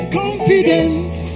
confidence